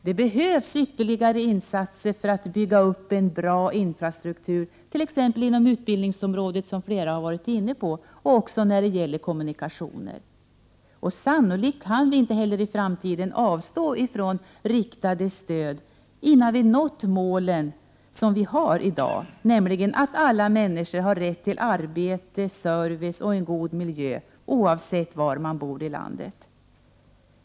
Det behövs ytterligare insatser för att bygga upp en bra infrastruktur t.ex. inom utbildningsområdet, som flera har varit inne på, och när det gäller kommunikationer. Sannolikt kan vi inte heller i framtiden avstå från riktade stöd innan vi har nått målen, nämligen att alla människor har rätt till arbete, service och en god miljö oavsett var de bor i landet.